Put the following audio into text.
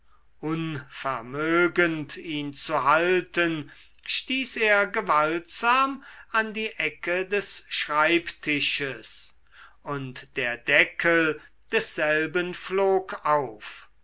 unvermögend ihn zu halten stieß er gewaltsam an die ecke des schreibtisches und der deckel desselben flog auf